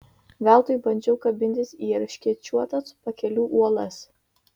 veltui bandžiau kabintis į erškėčiuotas pakelių uolas